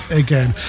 again